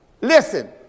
Listen